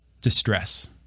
distress